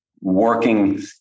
working